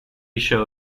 show